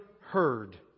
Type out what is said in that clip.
heard